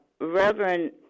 Reverend